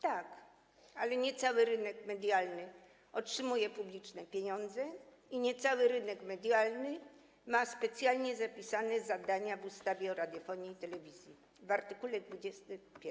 Tak, ale nie cały rynek medialny otrzymuje publiczne pieniądze i nie cały rynek medialny ma specjalnie zapisane zadania w ustawie o radiofonii i telewizji w art. 21.